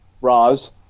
Roz